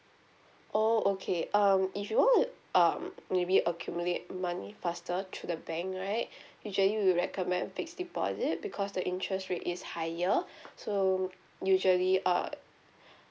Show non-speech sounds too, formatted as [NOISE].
oh okay um if you want to um maybe accumulate money faster through the bank right [BREATH] usually we recommend fixed deposit because the interest rate is higher [BREATH] so usually uh